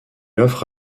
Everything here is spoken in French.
offre